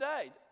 today